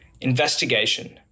Investigation